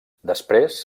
després